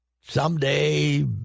someday